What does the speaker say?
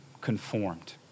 conformed